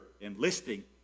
enlisting